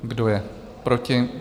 Kdo je proti?